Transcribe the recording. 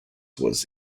was